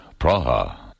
Praha